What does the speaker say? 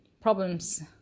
problems